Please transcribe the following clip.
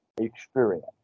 experience